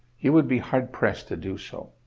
he would be hard-pressed to do so.